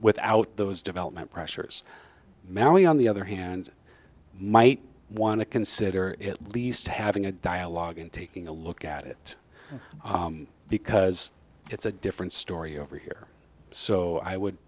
without those development pressures merrily on the other hand might want to consider at least having a dialogue and taking a look at it because it's a different story over here so i would